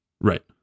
right